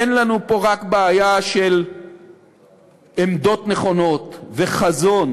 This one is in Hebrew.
אין לנו פה רק בעיה של עמדות נכונות וחזון,